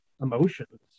emotions